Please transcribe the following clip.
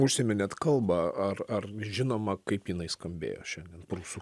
užsiminėt kalbą ar ar žinoma kaip jinai skambėjo šiandien prūsų